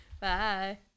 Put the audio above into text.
Bye